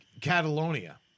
Catalonia